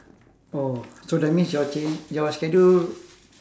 oh so that means your chang~ your schedule